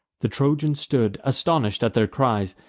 the trojan stood astonish'd at their cries,